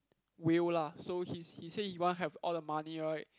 will lah so he he say he want have all the money right